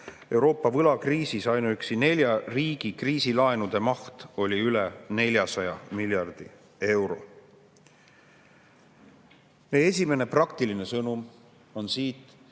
Euroopa võlakriisis ainuüksi nelja riigi kriisilaenude maht oli üle 400 miljardi euro. Meie esimene praktiline sõnum: